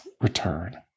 return